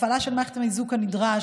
הפעלה של מערכת המיזוג כנדרש,